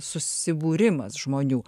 susibūrimas žmonių